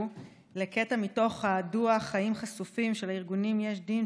לקטע מתוך הדוח "חיים חשופים" של הארגונים יש דין,